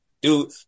dude